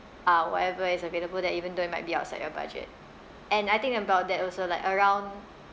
uh whatever is available there even though it might be outside your budget and I think about that also like around